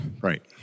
right